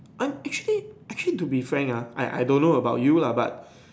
aren't actually actually to be frank ah I don't know about you lah but